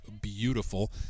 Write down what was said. beautiful